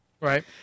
Right